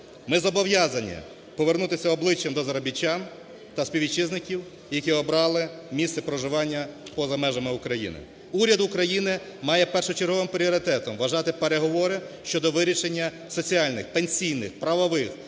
Ми зобов'язані повернутися обличчям до заробітчан та співвітчизників, які обрали місце проживання поза межами України. Уряд України має першочерговим пріоритетом вважати переговори щодо вирішення соціальних, пенсійних, правових